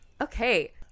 Okay